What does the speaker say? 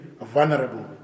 vulnerable